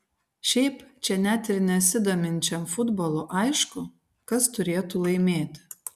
šiaip čia net ir nesidominčiam futbolu aišku kas turėtų laimėti